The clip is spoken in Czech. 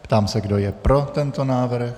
Ptám se, kdo je pro tento návrh.